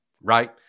right